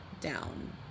down